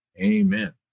Amen